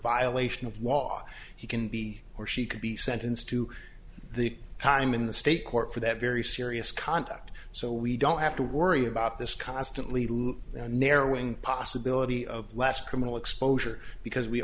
violation of law he can be or she could be sentenced to the time in the state court for that very serious conduct so we don't have to worry about this constantly loop narrowing possibility of less criminal exposure because we